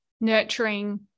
nurturing